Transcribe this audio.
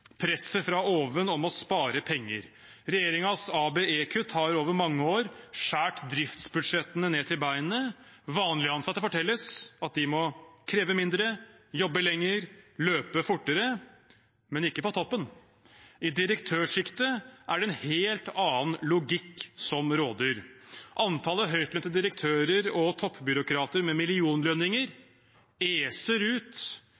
presset fra oven om å spare penger. Regjeringens ABE-kutt har over mange år skåret driftsbudsjettene inn til beinet. Vanlige ansatte fortelles at de må kreve mindre, jobbe lenger og løpe fortere, men det skjer ikke på toppen. I direktørsjiktet er det en helt annen logikk som råder. Antallet høytlønte direktører og toppbyråkrater med millionlønninger eser ut